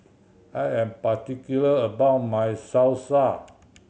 I am particular about my Salsa